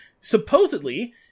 Supposedly